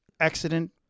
accident